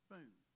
Boom